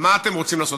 מה אתם רוצים לעשות?